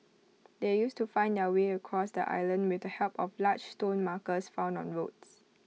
they used to find their way across the island with the help of large stone markers found on roads